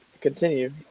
continue